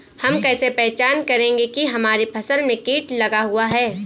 हम कैसे पहचान करेंगे की हमारी फसल में कीट लगा हुआ है?